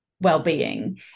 well-being